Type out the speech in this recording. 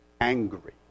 angry